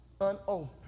unopened